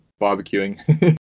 barbecuing